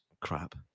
crap